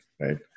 right